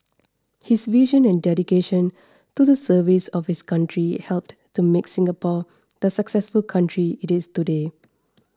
his vision and dedication to the service of his country helped to make Singapore the successful country it is today